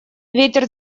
ветер